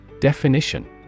Definition